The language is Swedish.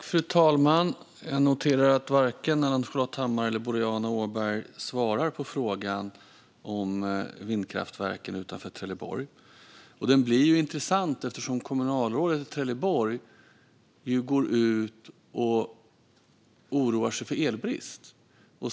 Fru talman! Jag noterar att varken Ann-Charlotte Hammar Johnsson eller Boriana Åberg svarar på frågan om vindkraftverken utanför Trelleborg. Den blir intressant eftersom kommunalrådet i Trelleborg har uttalat en oro över elbrist.